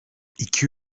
iki